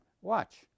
Watch